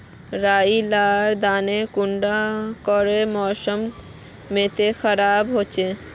राई लार दाना कुंडा कार मौसम मोत खराब होचए?